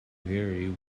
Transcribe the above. vary